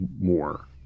more